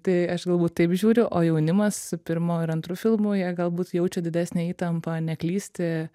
tai aš galbūt taip žiūriu o jaunimas pirmu ir antru filmu jie galbūt jaučia didesnę įtampą neklysti